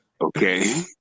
Okay